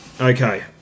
Okay